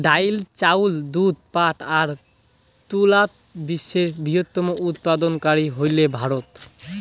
ডাইল, চাউল, দুধ, পাটা আর তুলাত বিশ্বের বৃহত্তম উৎপাদনকারী হইল ভারত